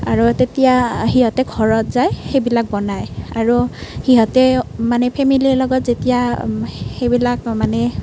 আৰু তেতিয়া সিহঁতে ঘৰত যায় সেইবিলাক বনায় আৰু সিহঁতে মানে ফেমেলিৰ লগত যেতিয়া সেইবিলাক মানে